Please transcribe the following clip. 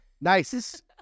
Nice